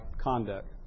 conduct